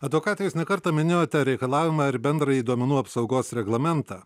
advokate jūs ne kartą minėjote reikalavimą ir bendrąjį duomenų apsaugos reglamentą